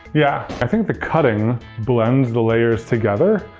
yeah, i think the cutting blends the layers together.